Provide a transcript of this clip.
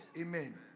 Amen